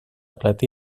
platí